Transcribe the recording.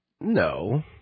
No